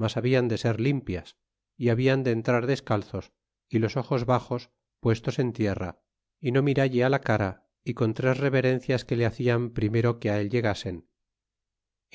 mas habian de ser limpias y habian de entrar descalzos y los ojos baxos puestos en tierra y no miralle la cara y con tres reverencias que le badal primero que él llegasen